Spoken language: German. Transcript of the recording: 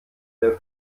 der